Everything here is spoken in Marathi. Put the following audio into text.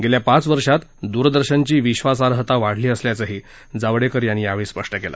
गेल्या पाच वर्षात दूरदर्शनची विश्वासार्हता वाढली असल्याचंही जावडेकर यांनी यावेळी सांगितलं